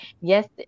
Yes